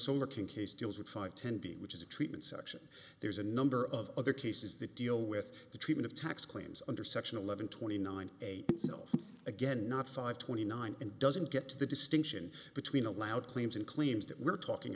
king case deals with five ten b which is a treatment section there's a number of other cases that deal with the treatment of tax claims under section eleven twenty nine a again not five twenty nine and doesn't get to the distinction between allowed claims and claims that we're talking